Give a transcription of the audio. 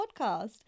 podcast